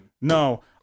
No